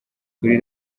kuri